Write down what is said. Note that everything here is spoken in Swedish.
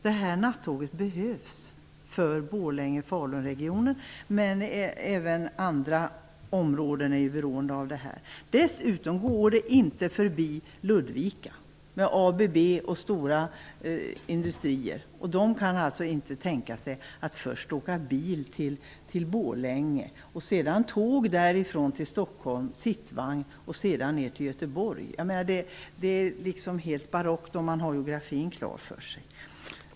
Det här nattåget behövs för Borlänge-Falun-regionen, men även andra områden är beroende av detta. Dessutom går det inte förbi Ludvika, med ABB och stora industrier. De som arbetar där kan alltså inte tänka sig att först åka bil till Borlänge och sedan tåg därifrån till Stockholm, sittvagn, och sedan ner till Göteborg. Det är liksom helt barockt om man har geografin klar för sig.